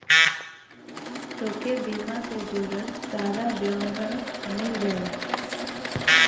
तोके बीमा से जुड़ल सारा ब्योरा मिल जाई